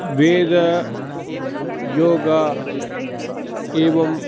वेदयोगौ एवं